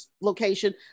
location